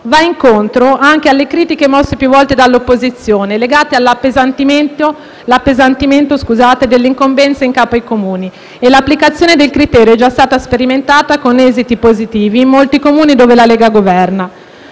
va incontro anche alle critiche mosse più volte dall'opposizione legate all'appesantimento delle incombenze in capo ai Comuni e l'applicazione del criterio è già stato sperimentato con esiti positivi in molti Comuni dove la Lega governa.